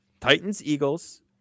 Titans-Eagles